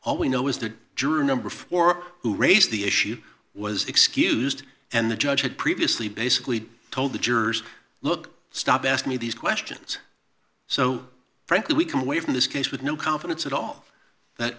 all we know is that juror number four who raised the issue was excused and the judge had previously basically told the jurors look stop ask me these questions so frankly we come away from this case with no confidence at all that